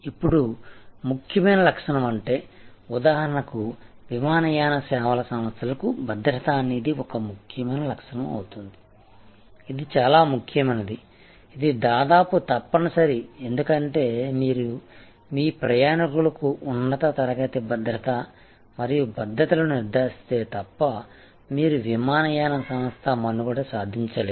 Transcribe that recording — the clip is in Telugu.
ఇప్పుడు ముఖ్యమైన లక్షణం అంటే ఉదాహరణకువిమానయాన సేవల సంస్థలకు భద్రత అనేది ఒక ముఖ్యమైన లక్షణం అవుతుంది ఇది చాలా ముఖ్యమైనది ఇది దాదాపు తప్పనిసరి ఎందుకంటే మీరు మీ ప్రయాణీకులకు ఉన్నత తరగతి భద్రత మరియు భద్రతను నిర్ధారిస్తే తప్ప మీరు విమానయాన సంస్థ మనుగడ సాధించలేదు